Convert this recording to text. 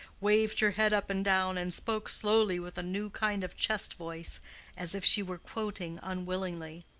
waved her head up and down, and spoke slowly with a new kind of chest-voice as if she were quoting unwillingly.